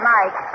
Mike